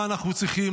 מה אנחנו צריכים?